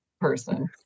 person